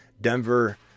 Denver